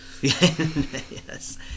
Yes